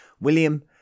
William